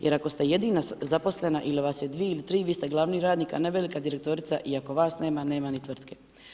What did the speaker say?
Jer ako ste jedina zaposlena ili ako vas je dvije ili tri, vi ste glavni radnik, a ne velika direktorica i ako vas nema, nema ni tvrtke.